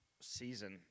season